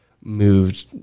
moved